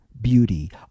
beauty